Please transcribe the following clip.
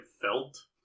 felt